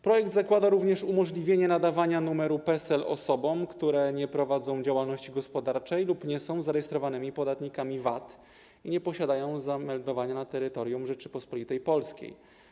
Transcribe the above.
Projekt zakłada również umożliwienie nadawania numeru PESEL osobom, które nie prowadzą działalności gospodarczej lub nie są zarejestrowanymi podatnikami VAT i nie posiadają zameldowania na terytorium Rzeczypospolitej Polskiej.